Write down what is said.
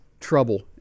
trouble